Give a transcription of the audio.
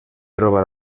troba